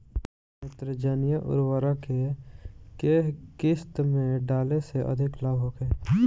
नेत्रजनीय उर्वरक के केय किस्त में डाले से अधिक लाभ होखे?